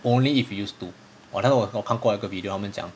only if you use two 我那个我看过很多 video 他们讲